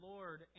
Lord